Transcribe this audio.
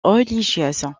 religieuse